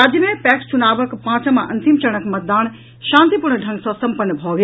राज्य मे पैक्स चुनावक पांचम् आ अंतिम चरणक मतदान शांतिपूर्ण ढ़ंग सॅ संपन्न भऽ गेल